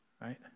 Right